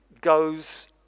goes